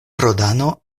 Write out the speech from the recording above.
rodano